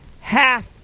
half